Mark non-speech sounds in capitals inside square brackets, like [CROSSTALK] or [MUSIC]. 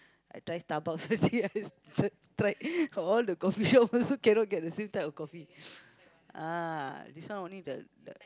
I try Starbucks [LAUGHS] already I tried all the coffee shop all also cannot get the same type of coffee ah this one only the the